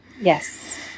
Yes